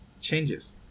changes